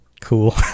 Cool